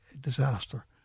disaster